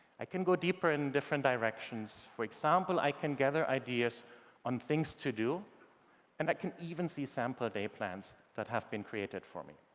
i can go deeper in different directions. for example, i can gather ideas on things to do and i can even see sample day plans that have been created for me.